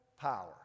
power